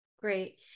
great